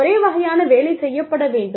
ஒரே வகையான வேலை செய்யப்பட வேண்டும்